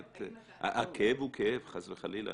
חס וחלילה,